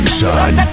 son